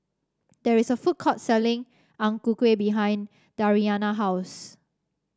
there is a food court selling Ang Ku Kueh behind Dariana house